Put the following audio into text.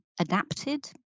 adapted